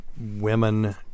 women –